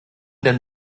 denn